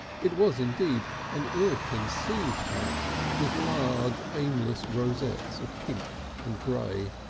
it was indeed an ill-conceived hat with large aimless rosettes of pink and grey.